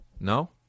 no